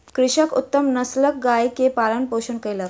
कृषक उत्तम नस्लक गाय के पालन पोषण कयलक